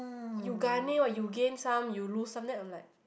you gane and you gain some you lose some that will like